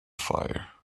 fire